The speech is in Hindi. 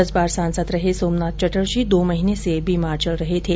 दस बार सांसद रहे सोमनाथ चटर्जी दो महीने से बीमार चल रहे थे